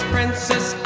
Princess